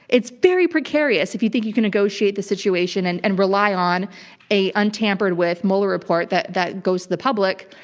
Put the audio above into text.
it's very precarious if you think you can negotiate the situation and and rely on a untampered-with mueller report that that goes to the public.